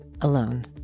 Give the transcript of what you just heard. alone